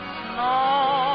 snow